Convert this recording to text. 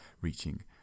reaching